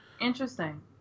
interesting